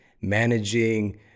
managing